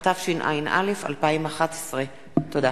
התשע"א 2011. תודה.